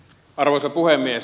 arvoisa puhemies